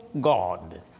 God